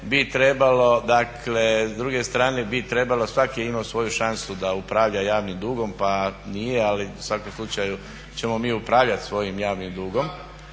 bi trebalo, dakle s druge strane bi trebalo svatko je imao svoju šansu da upravlja javnim dugom pa nije ali u svakom slučaju ćemo mi upravljati svojim javnim dugom.